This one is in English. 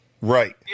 Right